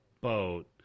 boat